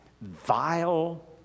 vile